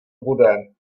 bude